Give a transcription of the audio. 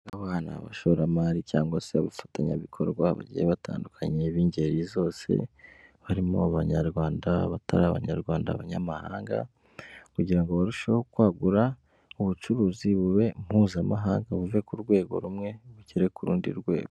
Aba ni abashoramari cyangwa se abafatanyabikorwa bagiye batandukanye b'ingeri zose, barimo abanyarwanda batari abanyarwanda, abanyamahanga kugira ngo barusheho kwagura ubucuruzi bube mpuzamahanga buve ku rwego rumwe bugere ku rundi rwego.